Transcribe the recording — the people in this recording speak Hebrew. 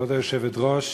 כבוד היושבת-ראש,